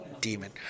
demon